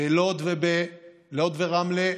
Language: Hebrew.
בלוד וברמלה,